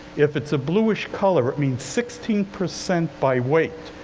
if it's a blueish color, it means sixteen percent by weight.